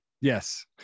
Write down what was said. Yes